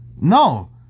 No